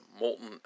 molten